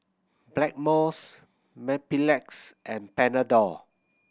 Blackmores Mepilex and Panadol